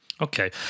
Okay